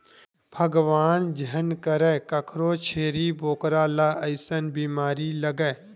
भगवान झन करय कखरो छेरी बोकरा ल अइसन बेमारी लगय